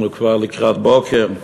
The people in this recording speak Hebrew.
אנחנו כבר לקראת בוקר.